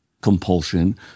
compulsion